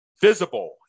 visible